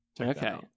Okay